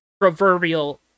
proverbial